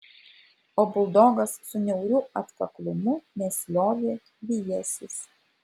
o buldogas su niauriu atkaklumu nesiliovė vijęsis